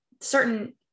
certain